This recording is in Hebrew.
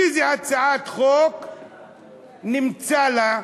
איזו הצעת חוק נמצא לה?